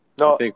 No